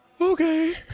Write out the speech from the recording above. Okay